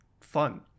fun